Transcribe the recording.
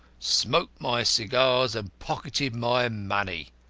smoked my cigars, and pocketed my money.